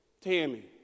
Tammy